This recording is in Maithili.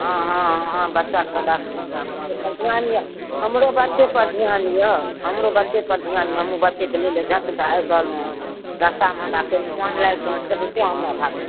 हँ हँ हँ हँ बच्चाके राखू ताबे से सब धिआन अइ हमरो बच्चेपर धिआन अइ हमरो बच्चेपर धिआन अइ हमहूँ बच्चे तऽ लैलए झट दए आबि रहलहुँ हँ रस्तामे हमरा कनि जाम लागि गेल छलै तेँ हमरा भऽ गेल